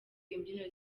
imbyino